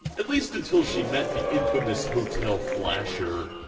at least until she met the infamous hotel flasher.